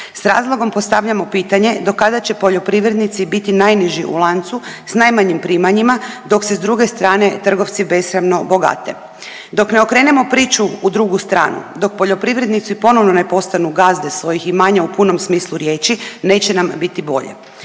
S razlogom postavljamo pitanje do kada će poljoprivrednici biti najniži u lancu, s najmanjim primanjima, dok se s druge strane trgovci besramno bogate. Dok ne okrenemo priču u drugu stranu, dok poljoprivrednici ponovo ne postanu gazde svojih imanja u punom smislu riječi, neće nam biti bolje.